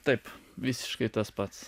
taip visiškai tas pats